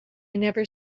never